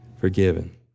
forgiven